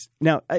Now